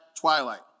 twilight